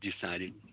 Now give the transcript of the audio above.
decided –